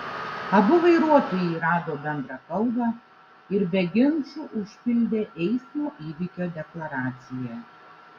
abu vairuotojai rado bendrą kalbą ir be ginčų užpildė eismo įvykio deklaraciją